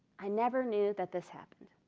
i never knew that this happened.